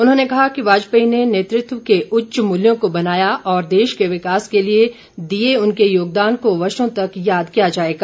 उन्होंने कहा कि वाजपेयी ने नेतृत्व के उच्च मूल्यों को बनाया और देश के विकास के लिए दिए उनके योगदान को वर्षो तक याद किया जाएगा